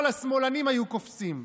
כל השמאלנים היו קופצים,